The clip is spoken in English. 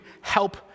help